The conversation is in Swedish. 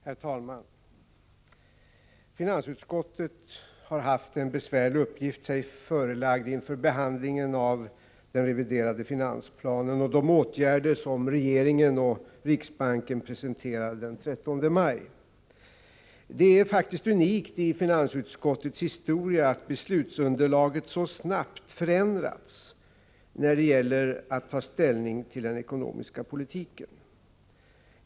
Herr talman! Finansutskottet har haft sig förelagd en besvärlig uppgift inför behandlingen av den reviderade finansplanen och de förslag till åtgärder som regeringen och riksbanken presenterade den 13 maj. Det är faktiskt unikt i finansutskottets historia att beslutsunderlaget så snabbt har förändrats när det gäller att ta ställning till den ekonomiska politiken.